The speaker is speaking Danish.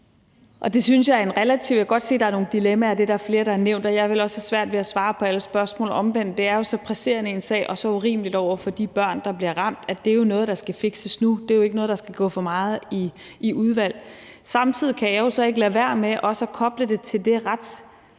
om at se på at få ændret. Jeg kan godt se, at der er nogle dilemmaer, og det er der flere der har nævnt, og jeg ville også have svært ved at svare på alle spørgsmål. Omvendt er det jo så presserende en sag og så urimeligt over for de børn, der bliver ramt, at det er noget, der skal fikses nu. Det er jo ikke noget, der skal gå for meget i udvalg. Samtidig kan jeg så ikke lade være med også at koble det til det